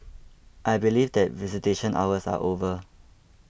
I believe that visitation hours are over